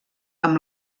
amb